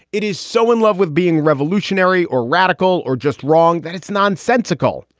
it is so in love with being revolutionary or radical or just wrong that it's nonsensical.